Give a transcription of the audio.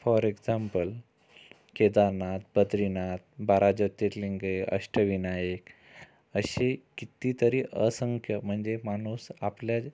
for example Kedarnath Badrinath बारा ज्योतिर्लिंगे अष्टविनायक अशी कितीतरी असंख्य म्हणजे माणूस आपल्या